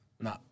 No